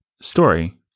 story